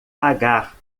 pagar